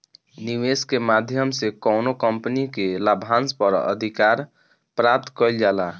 निवेस के माध्यम से कौनो कंपनी के लाभांस पर अधिकार प्राप्त कईल जाला